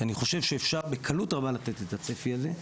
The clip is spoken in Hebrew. שאני חושב שאפשר בקלות רבה לתת את הצפי הזה,